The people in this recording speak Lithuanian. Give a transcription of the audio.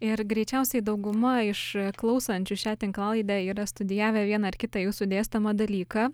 ir greičiausiai dauguma iš klausančių šią tinklalaidę yra studijavę vieną ar kitą jūsų dėstomą dalyką